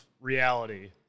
reality